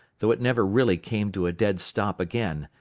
though it never really came to a dead stop again.